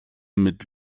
mit